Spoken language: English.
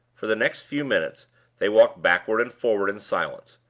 for the next few minutes they walked backward and forward in silence,